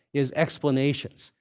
is explanations.